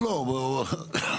הפסקה חמש